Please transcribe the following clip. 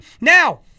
Now